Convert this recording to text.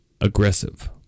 aggressive